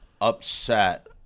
upset